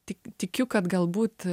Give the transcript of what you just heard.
tik tikiu kad galbūt